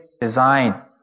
design